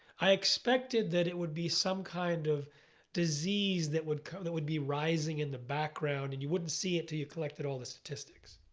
i expected that it would be some kind of disease that would kind of that would be rising in the background and you wouldn't see it till you collected all the statistics.